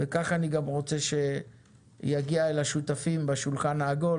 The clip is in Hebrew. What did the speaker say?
וככה אני גם רוצה שיגיע אל השותפים בשולחן העגול